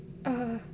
err